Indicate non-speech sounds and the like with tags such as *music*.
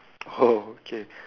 *laughs* okay